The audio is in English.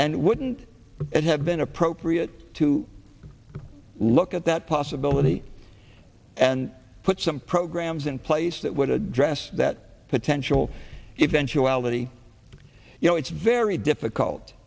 and wouldn't it have been appropriate to look at that possibility and put some programs in place that would address that potential eventually you know it's very difficult